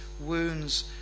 wounds